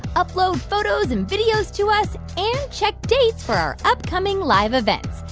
upload photos and videos to us and check dates for our upcoming live events.